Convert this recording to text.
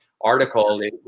article